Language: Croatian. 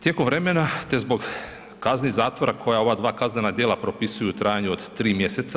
Tijekom vremena te zbog kazni zatvora koje ova dva kaznena djela propisuju u trajanju od 3 mjeseca,